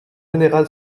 général